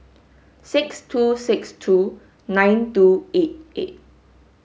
six two six two nine two eight eight